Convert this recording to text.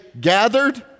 gathered